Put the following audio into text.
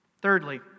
Thirdly